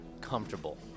comfortable